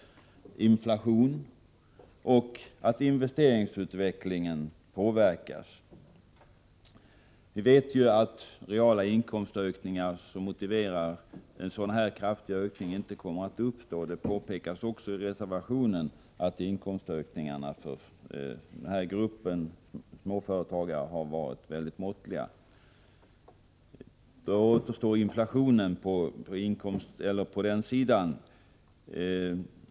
Övriga faktorer är inflationen och att investeringsutvecklingen påverkas. Vi vet att reala inkomstökningar som motiverar en så här kraftig höjning av preliminärskatteuttaget inte kommer att uppstå. Det påpekas också i reservationen att inkomstökningarna för småföretagare har varit mycket måttliga. Då återstår inflationen.